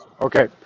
Okay